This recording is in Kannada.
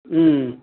ಹ್ಞೂ